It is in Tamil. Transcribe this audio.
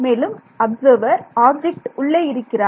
மேலும் அப்சர்வர் ஆப்ஜெக்ட் உள்ளே இருக்கிறார்